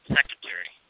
Secretary